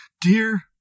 Dear